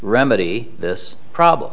remedy this problem